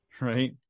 right